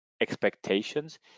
expectations